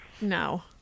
No